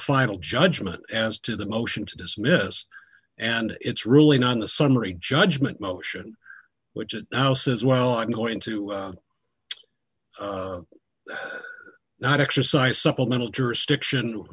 final judgment as to the motion to dismiss and it's really not the summary judgment motion which it now says well i'm going to not exercise supplemental jurisdiction